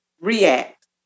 react